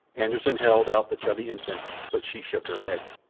anderssen held out the chubby infant, but she shook her head.